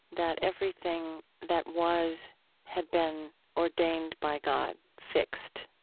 that everything that was had been ordained by god, fixed,